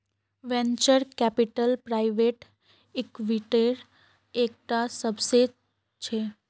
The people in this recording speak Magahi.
वेंचर कैपिटल प्राइवेट इक्विटीर एक टा सबसेट छे